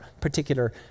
particular